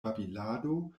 babilado